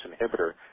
inhibitor